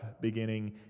beginning